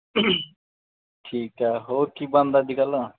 ਠੀਕ ਹੈ ਹੋਰ ਕੀ ਬਣਦਾ ਅੱਜ ਕੱਲ੍ਹ